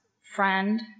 friend